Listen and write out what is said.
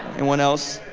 anyone else?